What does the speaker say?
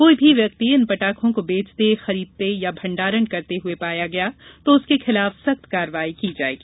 कोई भी व्यक्ति इन पटाखों को बेंचते खरीदते या भण्डारण करते हुए पाया गया तो उसके खिलाफ कार्रवाई की जायेगी